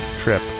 trip